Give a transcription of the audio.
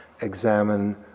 examine